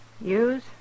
Use